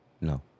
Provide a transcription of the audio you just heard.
No